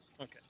Okay